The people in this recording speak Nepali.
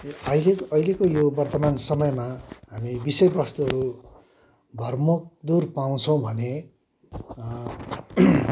अहिले अहिलेको यो वर्तमान समयमा हामी विषय वस्तुहरू भरमग्दुर पाउछौँ भने